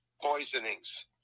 poisonings